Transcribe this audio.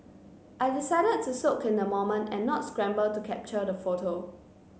I decided to soak in the moment and not scramble to capture the photo